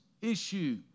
issue